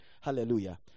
hallelujah